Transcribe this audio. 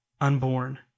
unborn